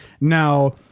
Now